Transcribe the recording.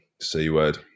C-word